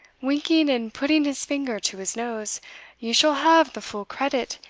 winking and putting his finger to his nose you shall have the full credit,